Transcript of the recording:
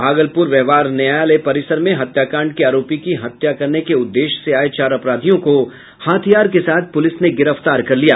भागलपुर व्यवहार न्यायालय परिसर में हत्याकांड के आरोपी की हत्या करने के उद्देश्य से आये चार अपराधियों को हथियार के साथ पुलिस ने गिरफ्तार कर लिया